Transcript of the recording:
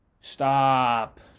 Stop